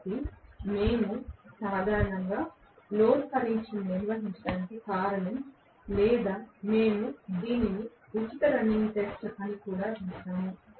కాబట్టి మేము సాధారణంగా లోడ్ పరీక్షను నిర్వహించడానికి కారణం లేదా మేము దీనిని ఉచిత రన్నింగ్ టెస్ట్ అని కూడా పిలుస్తాము